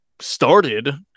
started